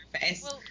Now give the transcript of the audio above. face